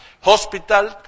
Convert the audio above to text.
hospital